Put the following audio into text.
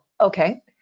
okay